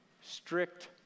strict